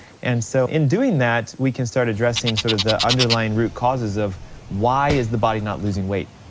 and so in doing that, we can start addressing sort of the underlying root causes of why is the body not losing weight.